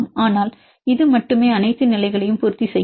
ஆனால் இது மட்டுமே அனைத்து நிலைகளையும் பூர்த்தி செய்யும்